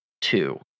two